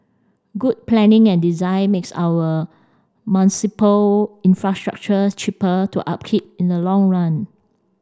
good planning and design makes our infrastructure cheaper to upkeep in the long run